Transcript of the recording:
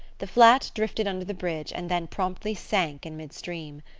the flat drifted under the bridge and then promptly sank in midstream.